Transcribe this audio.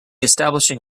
establishing